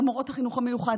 למורות החינוך המיוחד,